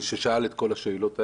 ששאל את כל השאלות האלה,